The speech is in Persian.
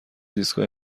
ایستگاه